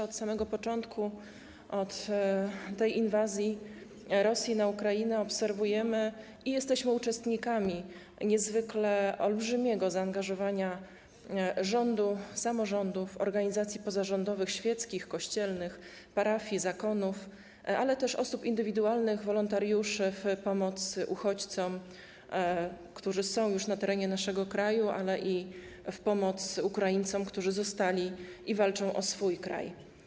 Od samego początku inwazji Rosji na Ukrainę obserwujemy, jesteśmy uczestnikami niezwykle olbrzymiego zaangażowania rządu, samorządów, organizacji pozarządowych świeckich, kościelnych, parafii, zakonów, ale też osób indywidualnych, wolontariuszy w pomoc uchodźcom, którzy są już na terenie naszego kraju, ale i w pomoc Ukraińcom, którzy zostali i walczą o swój kraj.